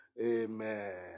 Amen